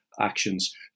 actions